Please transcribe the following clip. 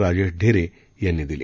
राजेश ढेरे यांनी दिली